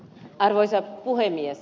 arvoisa puhemies